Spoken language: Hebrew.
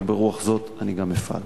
וברוח זו אני גם אפעל.